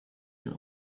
your